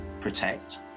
protect